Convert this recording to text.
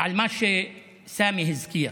על מה שסמי הזכיר,